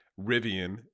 Rivian